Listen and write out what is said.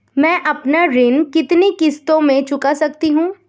मैं अपना ऋण कितनी किश्तों में चुका सकती हूँ?